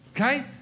Okay